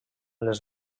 les